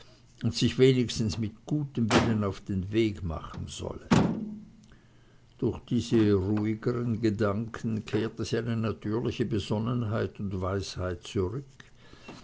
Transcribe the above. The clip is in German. und sich wenigstens mit gutem willen auf den weg machen solle durch diese ruhigeren gedanken kehrte seine natürliche besonnenheit und weisheit zurück